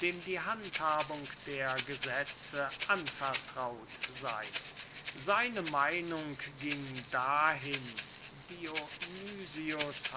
dem die handhabung der gesetze anvertraut sei seine meinung ging dahin daß dionys